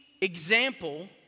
example